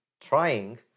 trying